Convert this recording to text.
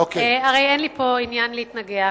הרי אין לי פה עניין להתנגח,